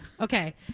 Okay